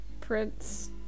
Prince